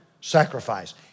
sacrifice